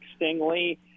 Stingley